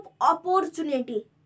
opportunity